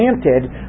granted